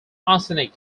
oceanic